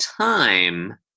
time